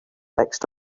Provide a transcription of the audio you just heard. fixed